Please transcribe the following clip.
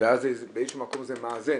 ואז באיזשהו מקום זה מאזן.